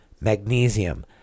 magnesium